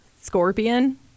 Scorpion